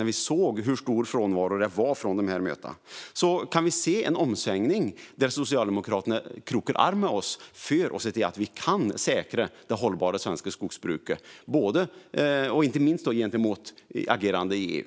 Vi har sett hur stor frånvaro det har varit på dessa möten. Kommer vi att se en omsvängning där Socialdemokraterna krokar arm med oss för att säkra det hållbara svenska skogsbruket, inte minst i fråga om agerandet i EU?